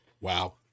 Wow